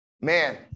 Man